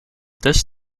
this